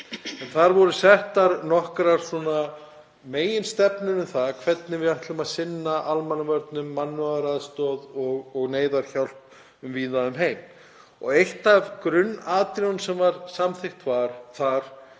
og þar voru settar nokkrar meginstefnur um það hvernig við ætlum að sinna almannavörnum, mannúðaraðstoð og neyðarhjálp víða um heim. Eitt af grunnatriðunum sem þar var samþykkt var það